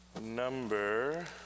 number